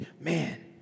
man